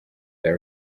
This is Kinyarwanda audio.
dar